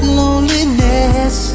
loneliness